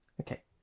Okay